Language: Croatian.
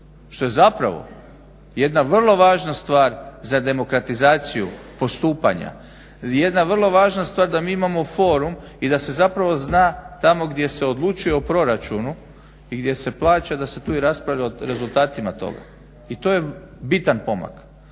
što je zapravo jedna vrlo važna stvar za demokratizaciju postupanja, jedna vrlo važna stvar da mi imamo forum i da se zna tamo gdje se odlučuje o proračunu i gdje se plaća da se tu raspravlja o rezultatima toga. I to je biran pomak.